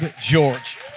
George